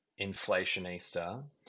Inflationista